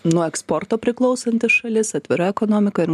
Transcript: nuo eksporto priklausanti šalis atvira ekonomika ir